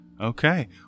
okay